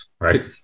right